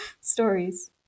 stories